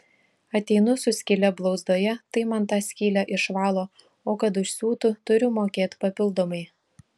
ateinu su skyle blauzdoje tai man tą skylę išvalo o kad užsiūtų turiu mokėt papildomai